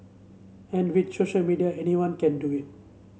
and with social media anyone can do it